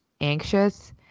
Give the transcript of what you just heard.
anxious